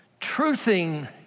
truthing